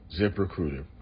ZipRecruiter